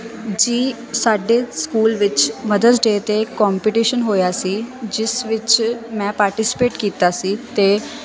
ਜੀ ਸਾਡੇ ਸਕੂਲ ਵਿੱਚ ਮਦਰਜ਼ ਡੇ 'ਤੇ ਕੰਪੀਟੀਸ਼ਨ ਹੋਇਆ ਸੀ ਜਿਸ ਵਿੱਚ ਮੈਂ ਪਾਰਟੀਸਪੇਟ ਕੀਤਾ ਸੀ ਅਤੇ